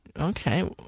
Okay